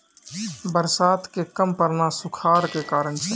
बरसात के कम पड़ना सूखाड़ के कारण छै